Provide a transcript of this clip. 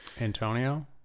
Antonio